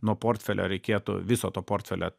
nuo portfelio reikėtų viso to portfelio